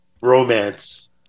romance